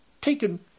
taken